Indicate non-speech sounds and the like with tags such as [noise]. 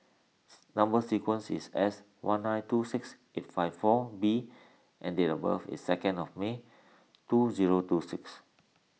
[noise] Number Sequence is S one nine two six eight five four B and date of birth is second of May two zero two six